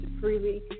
freely